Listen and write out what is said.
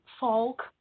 folk